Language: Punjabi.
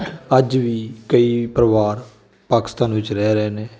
ਅੱਜ ਵੀ ਕਈ ਪਰਿਵਾਰ ਪਾਕਿਸਤਾਨ ਵਿੱਚ ਰਹਿ ਰਹੇ ਨੇ